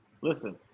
listen